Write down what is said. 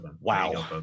Wow